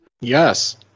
Yes